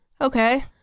Okay